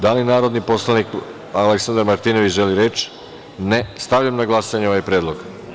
Da li narodni poslanik Aleksandar Martinović želi reč? (Ne) Stavljam na glasanje ovaj predlog.